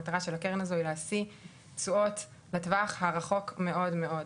היא באמת להשיג תשואות בטווח הרחוק מאוד מאוד,